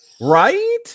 Right